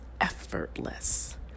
effortless